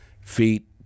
feet